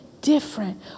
different